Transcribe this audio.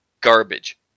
Garbage